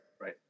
right